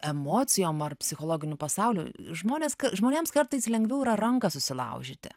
emocijom ar psichologiniu pasauliu žmonės žmonėms kartais lengviau yra ranką susilaužyti